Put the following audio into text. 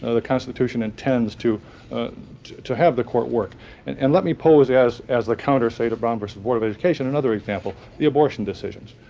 ah the constitution intends to to have the court work. and and let me pose as as the counter, say, to brown versus board of education another example, the abortion decisions.